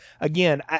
again